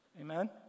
Amen